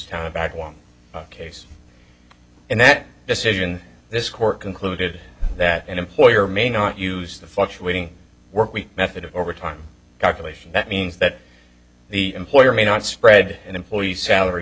town about one case and that decision this court concluded that an employer may not use the fluctuating workweek method of overtime calculation that means that the employer may not spread an employee's salary